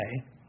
okay